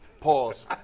Pause